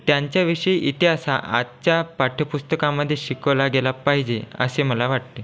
त्यांच्या विषयी इतिहास हा आजच्या पाठ्य पुस्तकामध्ये शिकवला गेला पाहिजे असे मला वाटते